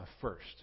first